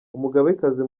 umugabekazi